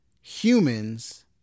humans